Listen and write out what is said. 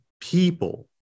people